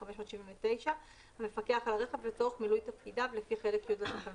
579 המפקח על הרכב לצורך מילוי תפקידיו לפי חלק י' לתקנות,